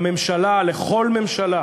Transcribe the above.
לממשלה, לכל ממשל,